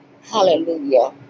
Hallelujah